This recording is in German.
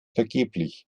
vergeblich